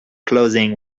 clothing